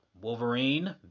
Wolverine